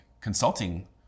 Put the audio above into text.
consulting